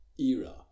era